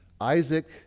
Isaac